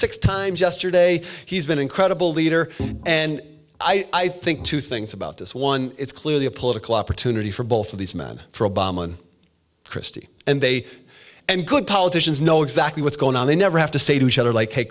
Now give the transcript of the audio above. six times yesterday he's been incredible leader and i think two things about this one it's clearly a political opportunity for both of these men for obama and christie and they and good politicians know exactly what's going on they never have to say to each other like hey